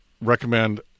recommend